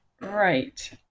Right